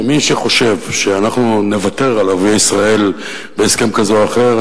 ומי שחושב שאנחנו נוותר על ערביי ישראל בהסכם כזה או אחר,